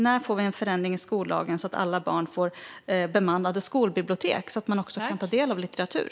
När får vi en förändring i skollagen så att alla barn får bemannade skolbibliotek och kan ta del av litteratur?